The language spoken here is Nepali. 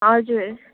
हजुर